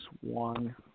one